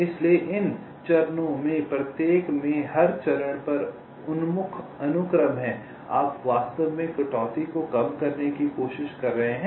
इसलिए इन चरणों में से प्रत्येक में हर चरण पर उन्मुख अनुक्रम हैं आप वास्तव में कटौती को कम करने की कोशिश कर रहे हैं